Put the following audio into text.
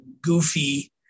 Goofy